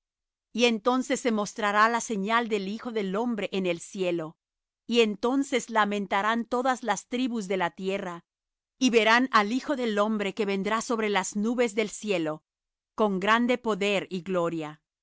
y entonces se mostrará la señal del hijo del hombre en el cielo y entonces lamentarán todas las tribus de la tierra y verán al hijo del hombre que vendrá sobre las nubes del cielo con grande poder y gloria